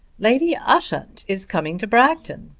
lady ushant is coming to bragton.